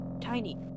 tiny